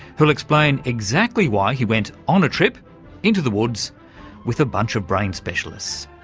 who'll explain exactly why he went on a trip into the woods with a bunch of brain specialists.